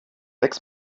sechs